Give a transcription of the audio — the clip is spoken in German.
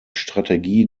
strategie